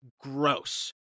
gross